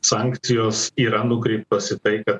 sankcijos yra nukreiptos į tai kad